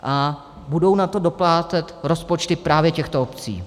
A budou na to doplácet rozpočty právě těchto obcí.